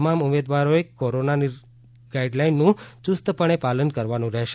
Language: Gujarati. તમામ ઉમેદવારોએ કોરોનાની ગાઇડલાઇનનું યુસ્તપણે પાલન કરવાનું પણ રહેશે